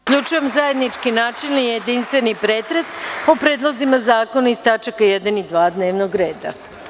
Zaključujem zajednički načelni i jedinstveni pretres o predlozima zakona iz tačaka 1. i 2. dnevnog reda.